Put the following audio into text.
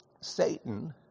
Satan